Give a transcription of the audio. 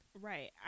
Right